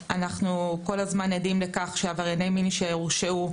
אנחנו כל הזמן עדים לכך שעברייני מין שהורשעו,